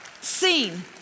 Seen